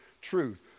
truth